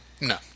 No